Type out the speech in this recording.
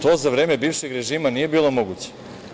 To za vreme bivšeg režima nije bilo moguće.